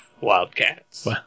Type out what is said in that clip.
Wildcats